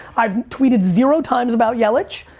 i've tweeted zero times about yelich.